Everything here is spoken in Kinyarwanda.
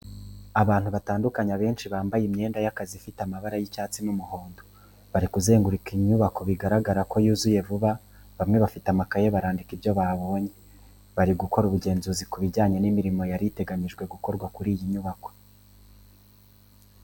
Abantu batandukanye abenshi bambaye imyenda y'akazi ifite amabara y'icyatsi n'umuhondo, bari kuzenguruka inyubako bigaragara ko yuzuye vuba bamwe bafite amakayi barandika ibyo babonye bari gukora ubugenzuzi ku bijyanye n'imirimo yari iteganyijwe gukorwa kuri iyo nyubako.